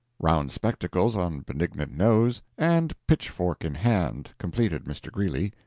round spectacles on benignant nose, and pitchfork in hand, completed mr. greeley,